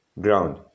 ground